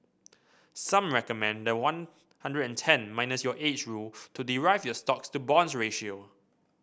some recommend the one hundred and ten minus your age rule to derive your stocks to bonds ratio